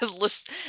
list